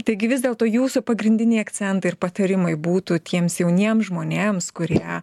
taigi vis dėlto jūsų pagrindiniai akcentai ir patarimai būtų tiems jauniem žmonėms kurie